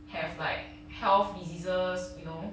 have like health diseases you know